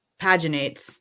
paginates